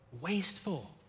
wasteful